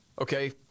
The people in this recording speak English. Okay